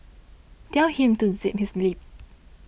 tell him to zip his lip